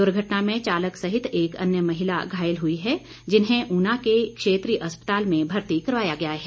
दुर्घटना में चालक सहित एक अन्य महिला घायल हो गए हैं जिन्हें ऊना के क्षेत्रीय अस्पताल में भर्ती करवाया गया है